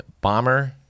bomber